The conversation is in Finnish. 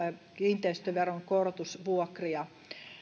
kiinteistöveron korotus vuokria